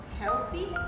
healthy